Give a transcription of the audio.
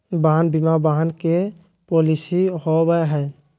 वाहन बीमा वाहन के पॉलिसी हो बैय हइ